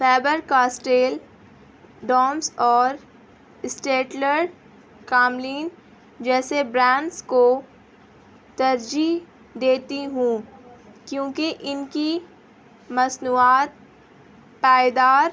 Faber Castell Doms اور Staedtler Camlin جیسے brands کو ترجیح دیتی ہوں کیونکہ ان کی مصنوعات پائیدار